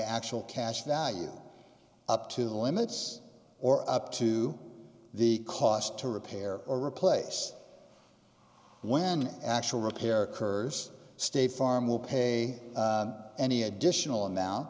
actual cash value up to the limits or up to the cost to repair or replace when actual repair occurs state farm will pay any additional